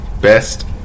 best